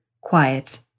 quiet